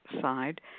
side